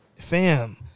Fam